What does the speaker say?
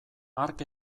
hark